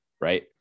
right